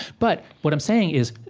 but what i'm saying is,